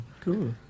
cool